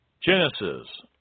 Genesis